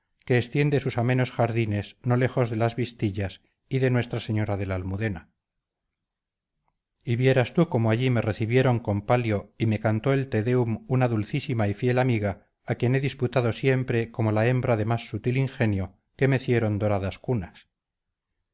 que extiende sus amenos jardines no lejos de las vistillas y de nuestra señora de la almudena y vieras tú cómo allí me recibieron con palio y me cantó el te deum una dulcísima y fiel amiga a quien he diputado siempre como la hembra de más sutil ingenio que mecieron doradas cunas